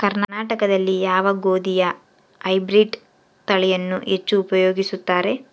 ಕರ್ನಾಟಕದಲ್ಲಿ ಯಾವ ಗೋಧಿಯ ಹೈಬ್ರಿಡ್ ತಳಿಯನ್ನು ಹೆಚ್ಚು ಉಪಯೋಗಿಸುತ್ತಾರೆ?